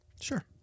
Sure